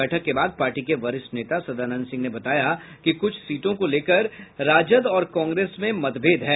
बैठक के बाद पार्टी के वरिष्ठ नेता सदानंद सिंह ने बताया कि कुछ सीटों को लेकर राजद और कांग्रेस में मतभेद है